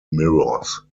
mirrors